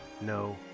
no